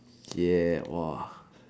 ya !wow!